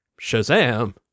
Shazam